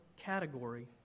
category